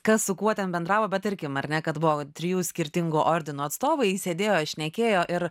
kas su kuo ten bendravo bet tarkim ar ne kad buvo trijų skirtingų ordino atstovai sėdėjo šnekėjo ir